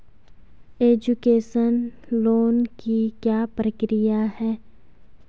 Education loan की क्या प्रक्रिया है?